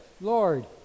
Lord